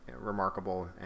remarkable